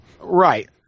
Right